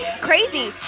crazy